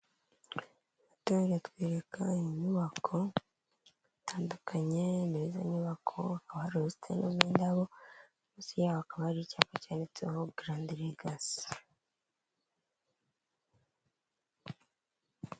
Hagati aha batwereka inyubako itandukanye n'izi nyubako, hakaba hari ubusitani bw'indabo, munsi yaho hakaba hari icyapa cyanditseho Garande Ligasi .